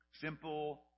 Simple